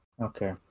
okay